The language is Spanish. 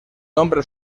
nombre